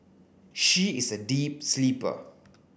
she is a deep sleeper